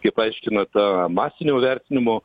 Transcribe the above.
kaip aiškina tą masinio vertinimo